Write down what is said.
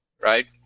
right